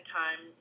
time